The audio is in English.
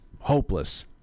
hopeless